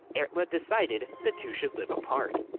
erla decided the two should live apart.